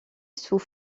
sous